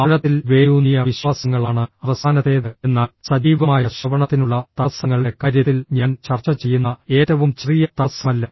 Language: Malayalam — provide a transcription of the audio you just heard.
ആഴത്തിൽ വേരൂന്നിയ വിശ്വാസങ്ങളാണ് അവസാനത്തേത് എന്നാൽ സജീവമായ ശ്രവണത്തിനുള്ള തടസ്സങ്ങളുടെ കാര്യത്തിൽ ഞാൻ ചർച്ച ചെയ്യുന്ന ഏറ്റവും ചെറിയ തടസ്സമല്ല